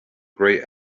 grey